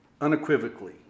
unequivocally